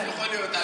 יכול להיות.